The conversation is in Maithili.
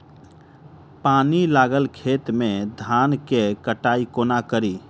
पानि लागल खेत मे धान केँ कटाई कोना कड़ी?